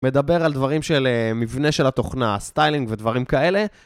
מדבר על דברים של מבנה של התוכנה, סטיילינג ודברים כאלה.